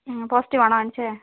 ആ പോസിറ്റീവാണോ കാണിച്ചത്